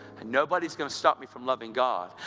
and nobody's going to stop me from loving god,